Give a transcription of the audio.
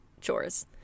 chores